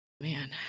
man